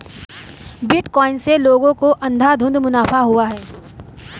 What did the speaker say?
bitcoin से लोगों को अंधाधुन मुनाफा हुआ है